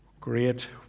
great